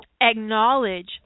acknowledge